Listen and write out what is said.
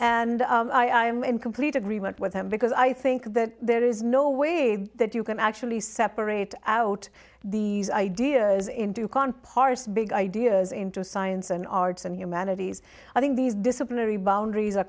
and i am in complete agreement with him because i think that there is no way that you can actually separate out these ideas into can parse big ideas into science and arts and humanities i think these disciplinary boundaries